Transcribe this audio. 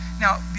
Now